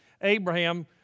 Abraham